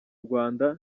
rwanda